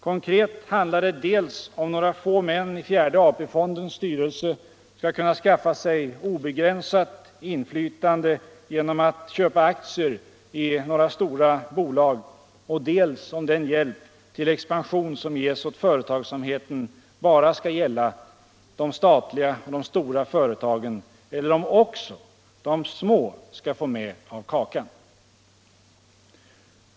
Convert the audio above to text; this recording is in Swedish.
Konkret gäller det dels om några få män i fjärde AP-fondens styrelse skall kunna skaffa sig obegränsat inflytande genom att köpa aktier i några stora bolag, dels om den hjälp till expansion som ges åt företagsamheten bara skall gälla de statliga och de stora företagen eller om också de små skall få med av kakan.